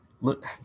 look